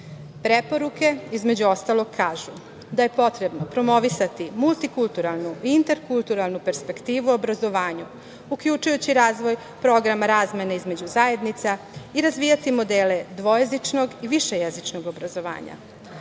manjina. Preporuke, između ostalog, kažu da je potrebno promovisati multikulturalnu, interkulturalnu perspektivu u obrazovanju, uključujući razvoj programa razmene između zajednica i razvijati modele dvojezičnog i višejezičnog obrazovanja,